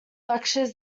lectures